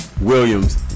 Williams